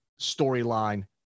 storyline